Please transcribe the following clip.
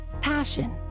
passion